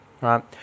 right